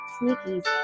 Sneakies